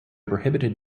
prohibited